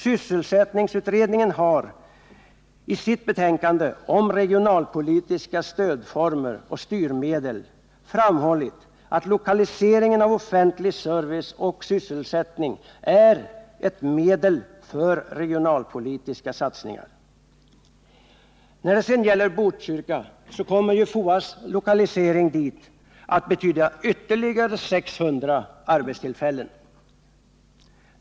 Sysselsättningsutredningen har i sitt betänkande om regionalpolitiska stödformer och styrmedel framhållit, att lokaliseringen av offentlig service och sysselsättning är ett medel för regionalpolitiska satsningar. När det gäller Botkyrka kommer FOA:s lokalisering dit att betyda ytterligare 600 arbetstillfällen.